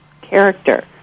character